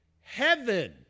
heaven